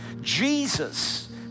Jesus